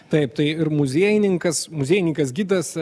taip tai ir muziejininkas muziejininkas gidas